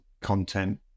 content